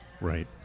right